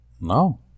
No